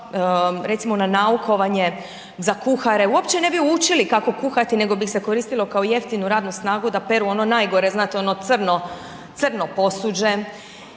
recimo na naukovanje za kuhare, uopće ne bi učili kako kuhati nego bi ih se koristilo kao jeftinu radnu snagu da peru ono najgore, znate ono crno posuđe